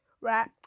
right